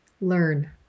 learn